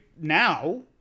now